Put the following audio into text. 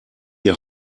die